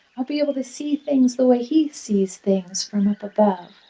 i'll be able to see things the way he sees things, from up above.